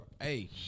Hey